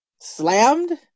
slammed